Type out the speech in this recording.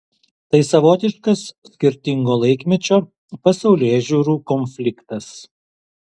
tai savotiškas skirtingo laikmečio pasaulėžiūrų konfliktas